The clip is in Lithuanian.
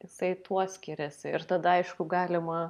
jisai tuo skiriasi ir tada aišku galima